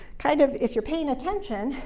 kind of. if you're paying attention,